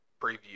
preview